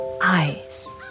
Eyes